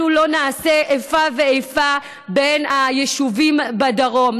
אנחנו לא נעשה איפה ואיפה בין היישובים בדרום.